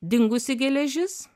dingusi geležis